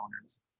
owners